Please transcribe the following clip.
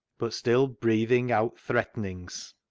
but still breathing out threatenings.